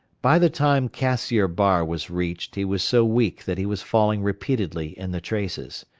by the time cassiar bar was reached, he was so weak that he was falling repeatedly in the traces.